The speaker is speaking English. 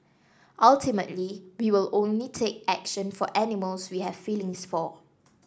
ultimately we will only take action for animals we have feelings for